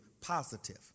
positive